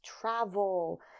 travel